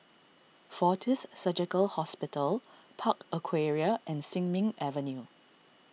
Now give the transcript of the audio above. fortis Surgical Hospital Park Aquaria and Sin Ming Avenue